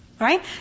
right